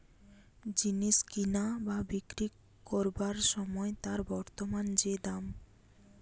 জিনিস কিনা বা বিক্রি কোরবার সময় তার বর্তমান যে দাম